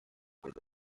with